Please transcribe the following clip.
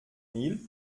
mille